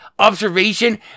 Observation